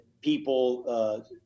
people